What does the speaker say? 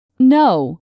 No